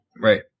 right